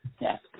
Yes